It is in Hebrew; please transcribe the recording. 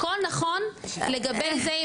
הכל נכון לגבי זה,